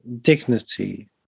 dignity